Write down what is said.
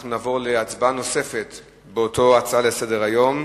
אנחנו נעבור להצבעה נוספת באותה הצעה לסדר-היום.